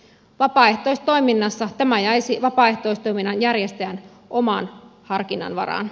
vapaaehtoistoiminnassa tämä jäisi vapaaehtoistoiminnan järjestäjän oman harkinnan varaan